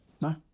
No